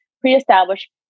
pre-established